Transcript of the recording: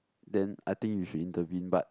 then I think you should intervene but